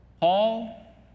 Paul